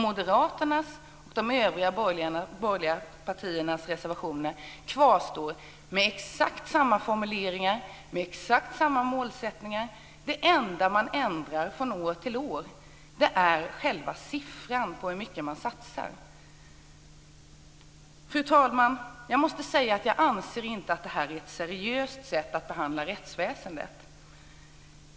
Moderaternas och de övriga borgerliga partiernas reservationer kvarstår med exakt samma formuleringar och exakt samma målsättningar. Det enda man ändrar från år till år är själva siffran på hur mycket man satsar. Fru talman! Jag måste säga att jag inte anser att detta är ett seriöst sätt att behandla rättsväsendet.